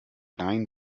rein